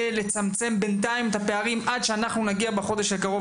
לצמצם בינתיים את הפערים עד שנגיע בחודש הקרוב,